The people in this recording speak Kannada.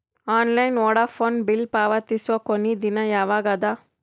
ಆನ್ಲೈನ್ ವೋಢಾಫೋನ ಬಿಲ್ ಪಾವತಿಸುವ ಕೊನಿ ದಿನ ಯವಾಗ ಅದ?